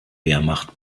wehrmacht